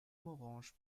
morange